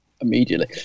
Immediately